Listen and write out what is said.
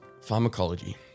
Pharmacology